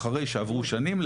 אחרי שעברו שנים,